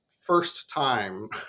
first-time